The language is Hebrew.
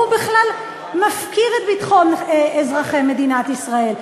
הוא בכלל מפקיר את ביטחון אזרחי מדינת ישראל,